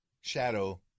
shadow